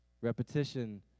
Repetition